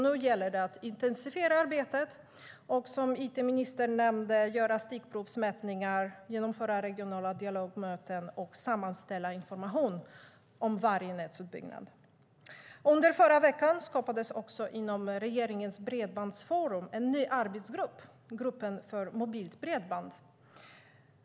Nu gäller det att intensifiera arbetet och, som it-ministern nämnde, genomföra stickprovsmätningar, genomföra regionala dialogmöten och sammanställa information om varje näts uppbyggnad. Under förra veckan skapades inom regeringens Bredbandsforum en ny arbetsgrupp, Gruppen för mobilt bredband.